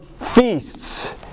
feasts